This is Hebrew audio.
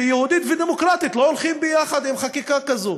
שיהודית ודמוקרטית לא הולכים ביחד עם חקיקה כזו.